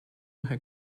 her